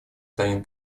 станет